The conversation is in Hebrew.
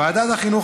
ועדת החינוך,